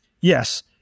Yes